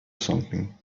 something